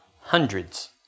hundreds